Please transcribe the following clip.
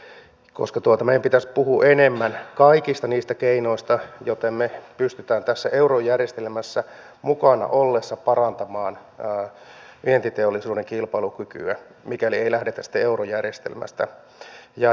se on valitettavaa koska meidän pitäisi puhua enemmän kaikista niistä keinoista joilla me pystymme tässä eurojärjestelmässä mukana ollessamme parantamaan vientiteollisuuden kilpailukykyä mikäli ei sitten lähdetä eurojärjestelmästä